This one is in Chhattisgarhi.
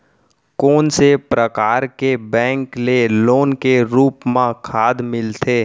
कोन से परकार के बैंक ले लोन के रूप मा खाद मिलथे?